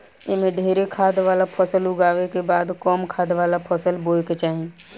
एमे ढेरे खाद वाला फसल उगावला के बाद कम खाद वाला फसल बोए के चाही